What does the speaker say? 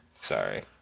Sorry